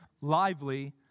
lively